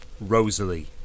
Rosalie